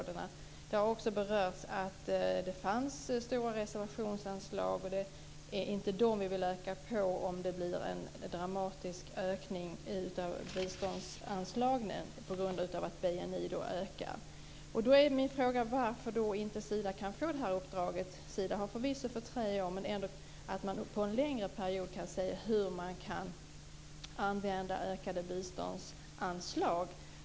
Det har också berörts att det finns stora reservationsanslag, och det är inte dessa vi vill öka på om det blir en dramatisk ökning av biståndsanslagen på grund av att BNI ökar. Då är min fråga varför Sida inte kan få detta uppdrag. Sida har förvisso ett treårsperspektiv, men Sida borde få uppdraget att för en längre period se hur man kan använda ökade biståndsanslag.